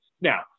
Now